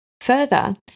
Further